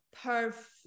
perfect